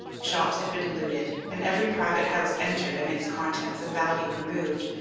shops had been looted and every private house entered and its contents of value removed,